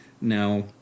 now